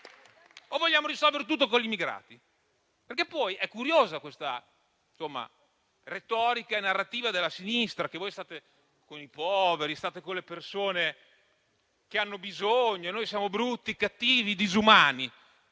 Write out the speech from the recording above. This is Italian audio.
O vogliamo risolvere tutto con gli immigrati? Sono curiose questa retorica e questa narrativa della sinistra, secondo cui voi state con i poveri e con le persone che hanno bisogno, mentre noi siamo brutti, cattivi e disumani.